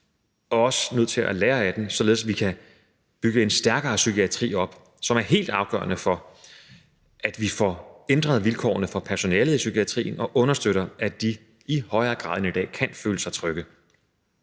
er også nødt til at lære af det, således at vi kan bygge en stærkere psykiatri op. Det er helt afgørende for, at vi får ændret vilkårene for personalet i psykiatrien og understøttet, at de i højere grad end i dag kan føle sig trygge.